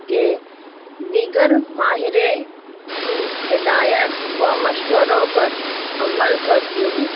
کے دیگر ماہرے کی ہدایت و مشوروں پر عمل کرتی ہوں